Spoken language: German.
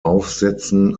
aufsätzen